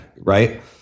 right